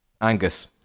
Angus